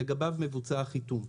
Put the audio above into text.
לגבי מבוצע החיתום.